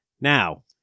Now